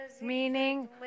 meaning